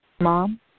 Mom